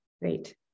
Great